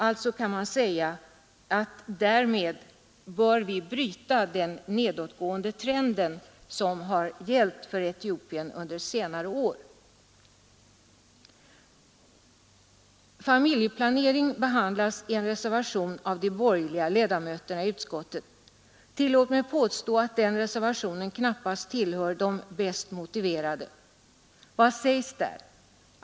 Alltså kan man säga att vi därmed bör bryta den nedåtgående trend som gällt för Etiopien under senare år. Familjeplanering behandlas i en reservation av de borgerliga ledamöterna i utskottet. Låt mig påstå att den reservationen knappast tillhör de bäst motiverade. Vad sägs där?